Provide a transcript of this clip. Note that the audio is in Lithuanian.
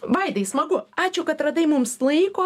vaidai smagu ačiū kad radai mums laiko